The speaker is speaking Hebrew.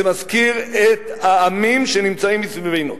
זה מזכיר את העמים שנמצאים מסביבנו.